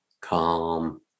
calm